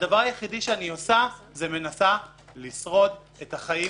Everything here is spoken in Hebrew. הדבר היחיד שאני עושה זה מנסה לשרוד את החיים